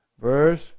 Verse